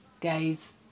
Guys